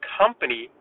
company